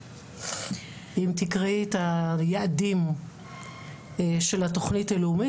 אם תקראי את היעדים של התכנית הלאומית,